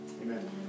amen